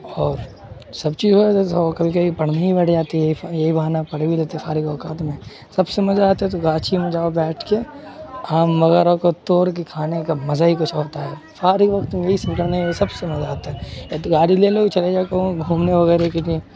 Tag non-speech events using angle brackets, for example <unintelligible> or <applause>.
اور سب چیز <unintelligible> کبھی کبھی پڑھنی ہی پڑ جاتی ہے پھر یہی بہانا پڑھ بھی لیتے ہیں فارغ اوقات میں سب سے مزہ آتا ہے تو گاچھی میں جاؤ بیٹھ کے آم وغیرہ کو توڑ کے کھانے کا مزہ ہی کچھ ہوتا ہے فارغ وقت میں یہی سب کرنے میں سب سے مزہ آتا ہے یا تو گاڑی لے لوگ چلے جا کہیں گھومنے وغیرہ کے لیے